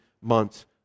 months